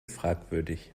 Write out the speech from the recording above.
fragwürdig